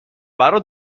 برا